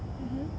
mmhmm